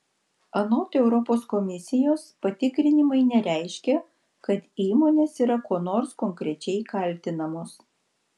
anot europos komisijos patikrinimai nereiškia kad įmonės yra kuo nors konkrečiai kaltinamos